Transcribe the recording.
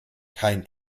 kein